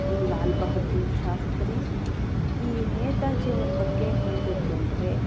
ಲಾಲ್ ಬಹದ್ದೂರ್ ಶಾಸ್ತ್ರಿ ಈ ನೇತಾಜಿ ಅವ್ರ ಬಗ್ಗೆ ಹೇಳಬೇಕು ಅಂದರೆ